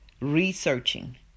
researching